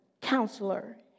counselor